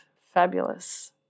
fabulous